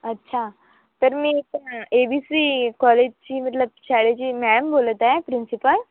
अच्छा तर मी ए बी सी कॉलेजची मतलब शाळेची मॅम बोलत आहे प्रिन्सिपल